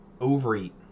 overeat